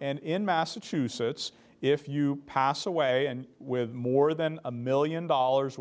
and in massachusetts if you pass away and with more than a million dollars